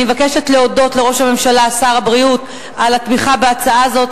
אני מבקשת להודות לראש הממשלה ושר הבריאות על התמיכה בהצעה הזאת,